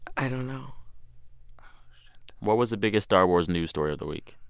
i don't know what was the biggest star wars news story of the week?